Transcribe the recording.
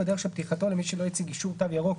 בדרך של פתיחתו למי שלא הציג אישור "תו ירוק"